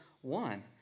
one